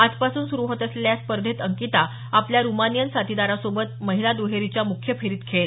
आजपासून सुरु होत असलेल्या या स्पर्धेत अंकिता आपल्या रुमानियन साथीदारासोबत महिला दुहेरीच्या मुख्य फेरीत खेळेल